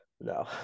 No